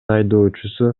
айдоочусу